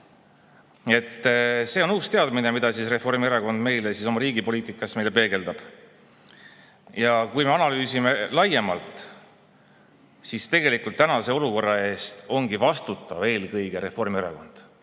See on uus teadmine, mida Reformierakond meile oma riigipoliitikas peegeldab. Kui me analüüsime laiemalt, siis [näeme, et] tänase olukorra eest ongi vastutav eelkõige Reformierakond.